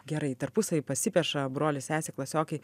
gerai tarpusavy pasipeša brolis sesė klasiokai